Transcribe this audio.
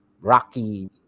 rocky